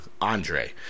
Andre